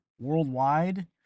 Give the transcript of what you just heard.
worldwide